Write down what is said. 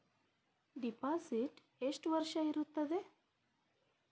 Deposit ಎಷ್ಟು ವರ್ಷ ಇರುತ್ತದೆ?